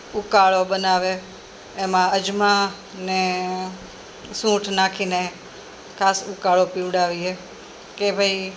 ઉકાળો બનાવે એમાં અજમાને સૂંઠ નાખીને ખાસ ઉકાળો પીવડાવીએ કે ભાઈ